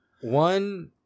one